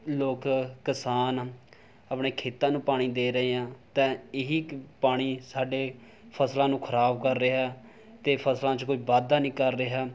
ਲੋਕ ਕਿਸਾਨ ਆਪਣੇ ਖੇਤਾਂ ਨੂੰ ਪਾਣੀ ਦੇ ਰਹੇ ਹੈ ਤਾਂ ਇਹੀ ਪਾਣੀ ਸਾਡੇ ਫਸਲਾਂ ਨੂੰ ਖਰਾਬ ਕਰ ਰਿਹਾ ਅਤੇ ਫਸਲਾਂ 'ਚ ਕੋਈ ਵਾਧਾ ਨਹੀਂ ਕਰ ਰਿਹਾ